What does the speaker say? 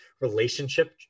relationship